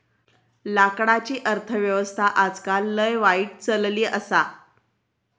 लाकडाची अर्थ व्यवस्था आजकाल लय वाईट चलली आसा